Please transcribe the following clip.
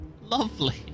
Lovely